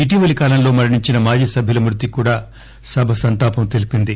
ఇటీవలీ కాలంలో మరణించిన మాజీ సభ్యుల మృతికి కూడా సభ సంతాపం తెలిపింది